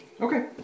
Okay